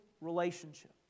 relationship